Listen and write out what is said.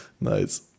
Nice